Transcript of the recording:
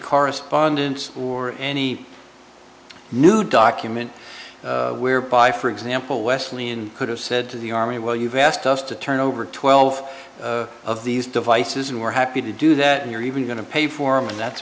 correspondence or any new document whereby for example wesley in could have said to the army well you've asked us to turn over twelve of these devices and we're happy to do that and you're even going to pay for him and that's